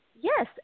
yes